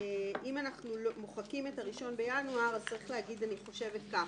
אם אנחנו מוחקים את הראשון בינואר אז צריך להגיד כך: